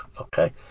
okay